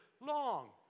long